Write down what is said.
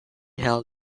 held